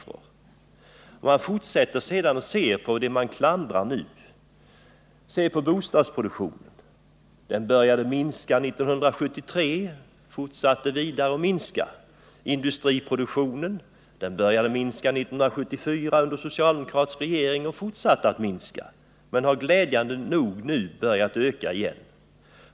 Jag kan fortsätta med att räkna upp vad man nu klandrar, t.ex. bostadsproduktionen. Den började minska 1973 och fortsatte att minska. Industriproduktionen började minska 1974 under en socialdemokratisk regering och fortsatte att minska. Nu har den dock glädjande nog börjat öka igen.